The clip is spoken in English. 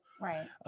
right